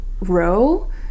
row